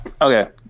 Okay